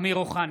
אמיר אוחנה,